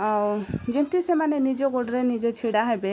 ଆଉ ଯେମିତି ସେମାନେ ନିଜ ଗୋଡ଼ରେ ନିଜେ ଛିଡ଼ା ହେବେ